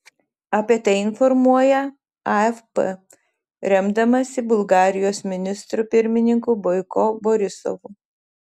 apie tai informuoja afp remdamasi bulgarijos ministru pirmininku boiko borisovu